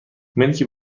ملکی